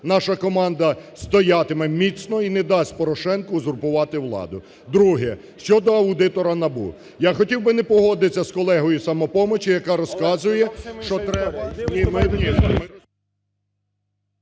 наша команда стоятиме міцно і не дасть Порошенку узурпувати владу. Друге, щодо аудитора НАБУ, я хотів би не погодитися з колегою із "Самопомочі", яка розказує, що треба...